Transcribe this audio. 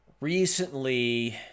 recently